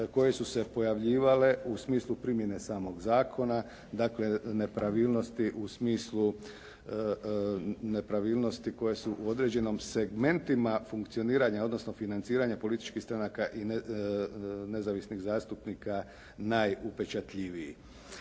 koje su se pojavljivale u smislu primjene samog zakona, dakle nepravilnosti u smislu nepravilnosti koje su u određenom segmentima funkcioniranja, odnosno financiranja političkih stranaka i nezavisnih zastupnika najupečatljiviji.